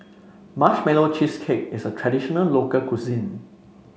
Marshmallow Cheesecake is a traditional local cuisine